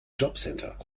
jobcenter